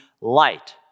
light